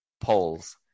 polls